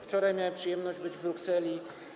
Wczoraj miałem przyjemność być w Brukseli.